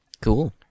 Cool